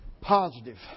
positive